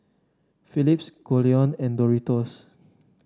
Philips Goldlion and Doritos